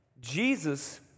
Jesus